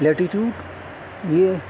latitude یہ